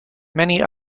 many